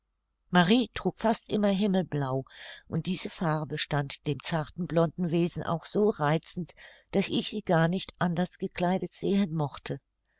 marie trug fast immer himmelblau und diese farbe stand dem zarten blonden wesen auch so reizend daß ich sie gar nicht anders gekleidet sehen mochte